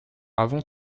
avons